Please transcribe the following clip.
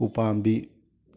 ꯎꯄꯥꯝꯕꯤ